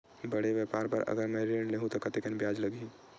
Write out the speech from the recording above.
बड़े व्यापार बर अगर मैं ऋण ले हू त कतेकन ब्याज लगही?